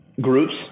groups